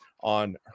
on